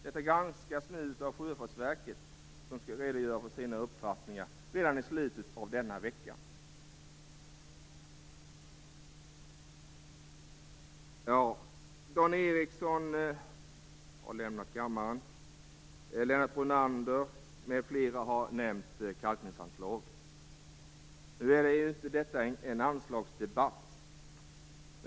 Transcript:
Detta granskas nu av Sjöfartsverket som skall redogöra för sina uppfattningar redan i slutet av denna vecka. Lennart Brunander m.fl. har nämnt kalkningsanslagen. Nu är ju inte detta en anslagsdebatt.